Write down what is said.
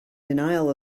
denial